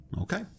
Okay